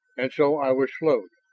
and so i was slowed.